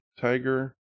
Tiger